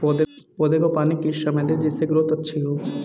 पौधे को पानी किस समय दें जिससे ग्रोथ अच्छी हो?